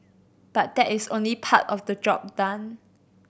but that is only part of the job done